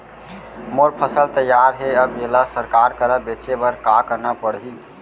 मोर फसल तैयार हे अब येला सरकार करा बेचे बर का करना पड़ही?